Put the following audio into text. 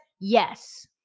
Yes